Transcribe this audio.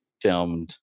filmed